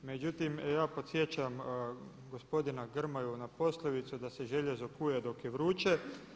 Međutim, ja podsjećam gospodina Grmoju na poslovicu da se željezo kuje dok je vruće.